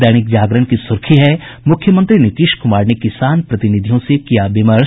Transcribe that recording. दैनिक जागरण की सुर्खी है मुख्यमंत्री नीतीश कुमार ने किसान प्रतिनिधियों से किया विमर्श